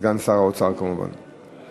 סגן שר האוצר, כמובן.